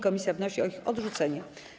Komisja wnosi o ich odrzucenie.